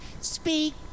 Speak